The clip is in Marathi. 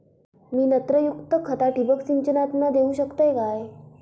मी नत्रयुक्त खता ठिबक सिंचनातना देऊ शकतय काय?